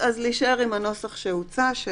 להישאר עם הנוסח שהוצע.